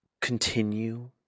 continue